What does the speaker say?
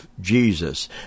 Jesus